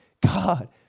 God